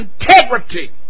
integrity